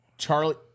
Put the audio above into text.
charlie